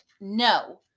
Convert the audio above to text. No